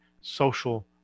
social